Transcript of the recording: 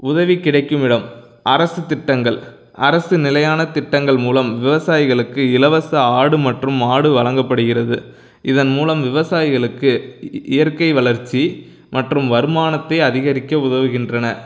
உதவி கிடைக்குமிடம் அரசு திட்டங்கள் அரசு நிலையான திட்டங்கள் மூலம் விவசாயிகளுக்கு இலவச ஆடு மற்றும் மாடு வழங்கப்படுகிறது இதன் மூலம் விவசாயிகளுக்கு இயற்கை வளர்ச்சி மற்றும் வருமானத்தை அதிகரிக்க உதவுகின்றன